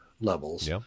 levels